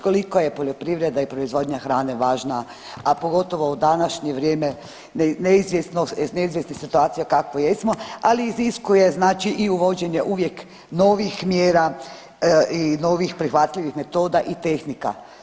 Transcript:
Koliko je poljoprivreda i proizvodnja hrane važna, a pogotovo u današnje vrijeme neizvjesne situacije u kakvoj jesmo, ali iziskuje znači i uvođenje uvijek novih mjera i novih prihvatljivih metoda i tehnika.